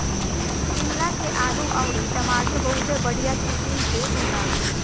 शिमला के आलू अउरी टमाटर बहुते बढ़िया किसिम के होला